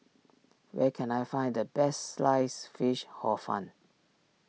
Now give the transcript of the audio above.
where can I find the best Sliced Fish Hor Fun